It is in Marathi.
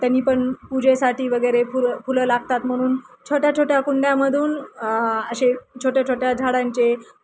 त्यांनी पण पूजेसाठी वगैरे फुलं फुलं लागतात म्हणून छोट्या छोट्या कुंड्यामधून असे छोट्या छोट्या झाडांचे